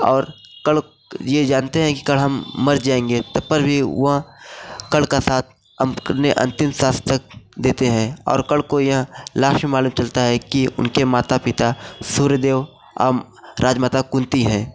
और कर्ण ये जानते हैं कि कर्ण हम मर जाएँगे तप्पर भी वह कर्ण का साथ अंतिम श्वास तक देते हैं और कर्ण को यह लास्ट में मालूम चलता है कि उनके माता पिता सूर्य देव राजमाता कुंती हैं